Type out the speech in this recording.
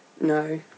no